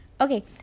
Okay